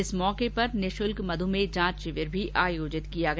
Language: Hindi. इस अवसर पर निःशुल्क मधुमेह जांच शिविर भी आयोजित किया गया